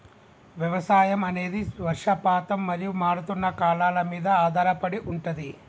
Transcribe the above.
వ్యవసాయం అనేది వర్షపాతం మరియు మారుతున్న కాలాల మీద ఆధారపడి ఉంటది